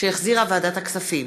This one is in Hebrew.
שהחזירה ועדת הכספים,